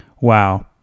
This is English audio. Wow